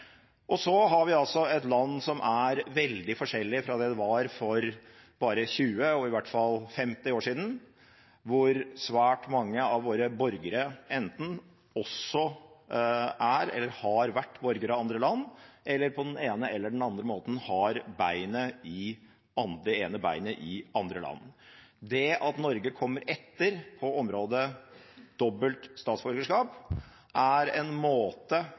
Så har vi altså et land som er veldig forskjellig fra det det var for bare 20 og i hvert fall 50 år siden, hvor svært mange av våre borgere enten også er eller har vært borgere av andre land, eller på den ene eller den andre måten har det ene beinet i et annet land. Det at Norge kommer etter på området dobbelt statsborgerskap, er en måte